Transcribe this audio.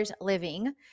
living